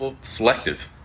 selective